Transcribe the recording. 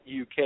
UK